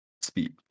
speed